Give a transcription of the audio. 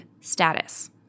status